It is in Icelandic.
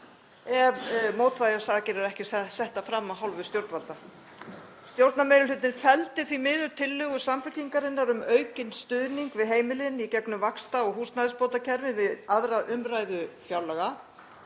ef mótvægisaðgerðir eru ekki settar fram af hálfu stjórnvalda. Stjórnarmeirihlutinn felldi því miður tillögu Samfylkingarinnar um aukinn stuðning við heimilin í gegnum vaxta- og húsnæðisbótakerfið við 2. umræðu fjárlaga.